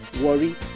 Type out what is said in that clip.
Worry